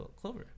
Clover